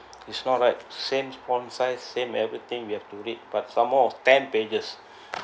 it's not right same font size same everything we have to read but some more of ten pages